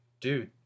dude